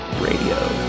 Radio